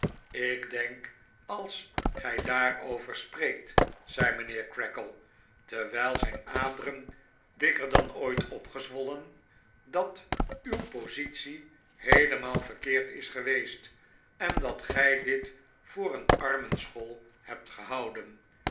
ik denk als gij daarover spreekt zei mijnheer creakle terwijl zijn aderen dikker dan ooit opzwollen dat uw positie heelemaal verkeerd is geweest en dat gij dit voor een armenschool hebt gehouden